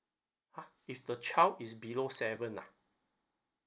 !huh! if the child is below seven ah